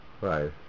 Right